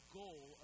goal